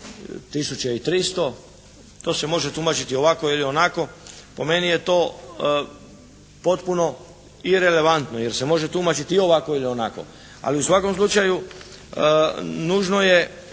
i 300. To se može tumačiti ovako ili onako. Po meni je to potpuno irelevantno jer se može tumačiti i ovako ili onako. Ali u svakom slučaju nužno je